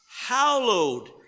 hallowed